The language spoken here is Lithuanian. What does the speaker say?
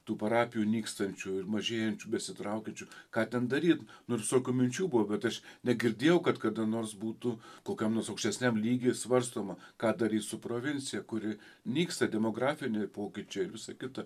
tų parapijų nykstančių ir mažėjančių besitraukiančių ką ten daryt nu ir visokių minčių buvo bet aš negirdėjau kad kada nors būtų kokiam nors aukštesniam lygy svarstoma ką darys su provincija kuri nyksta demografiniai pokyčiai ir visa kita